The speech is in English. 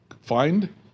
find